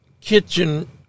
kitchen